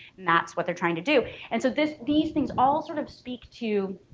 that's what they're trying to do and so this these things all sort of speak to